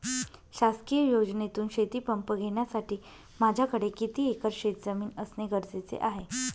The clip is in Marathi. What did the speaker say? शासकीय योजनेतून शेतीपंप घेण्यासाठी माझ्याकडे किती एकर शेतजमीन असणे गरजेचे आहे?